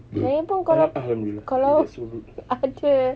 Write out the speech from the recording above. yang ini pun kalau kalau apa dia